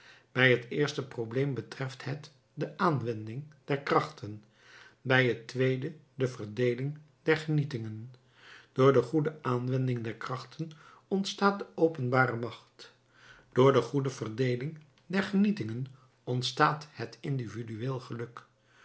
bij het eerste probleem betreft het de aanwending der krachten bij het tweede de verdeeling der genietingen door de goede aanwending der krachten ontstaat de openbare macht door de goede verdeeling der genietingen ontstaat het individueel geluk